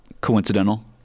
coincidental